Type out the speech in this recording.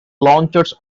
launchers